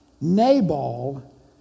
Nabal